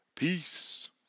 Peace